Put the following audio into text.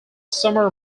summer